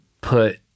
put